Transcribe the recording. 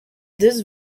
this